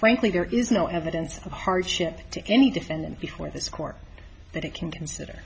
frankly there is no evidence of hardship to any defendant before this court that it can consider